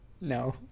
no